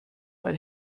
mal